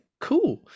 cool